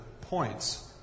points